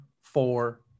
four